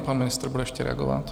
Pan ministr bude ještě reagovat.